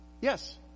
Yes